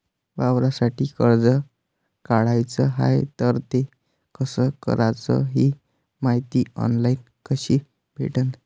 वावरासाठी कर्ज काढाचं हाय तर ते कस कराच ही मायती ऑनलाईन कसी भेटन?